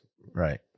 Right